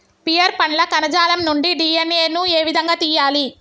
Pear పండ్ల కణజాలం నుండి డి.ఎన్.ఎ ను ఏ విధంగా తియ్యాలి?